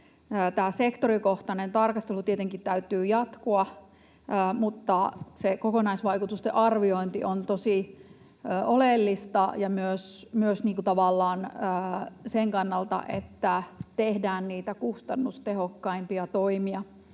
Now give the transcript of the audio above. tämän sektorikohtaisen tarkastelun tietenkin täytyy jatkua, kokonaisvaikutusten arviointi onkin jatkossa tosi olennaista, myös tavallaan sen kannalta, että tehdään niitä kustannustehokkaimpia toimia